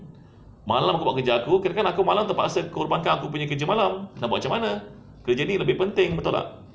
malam aku buat kerja aku kirakan aku malam terpaksa korbankan aku punya kerja malam nak buat macam mana kerja ni lebih penting betul tak